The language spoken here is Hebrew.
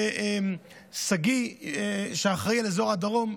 שגיא, שאחראי לאזור הדרום.